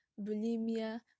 bulimia